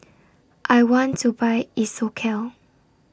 I want to Buy Isocal